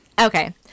Okay